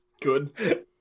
good